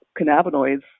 cannabinoids